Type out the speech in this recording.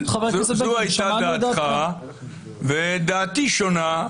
זו הייתה דעתך, ודעתי שונה.